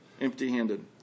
empty-handed